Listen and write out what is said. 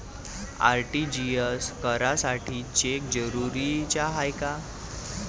RTGS करासाठी cheque जरुरीचा हाय काय?